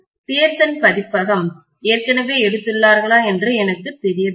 Pearson பதிப்பகம் ஏற்கனவே எடுத்துள்ளார்களா என்று எனக்குத் தெரியவில்லை